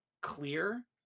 clear